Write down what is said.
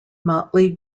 motley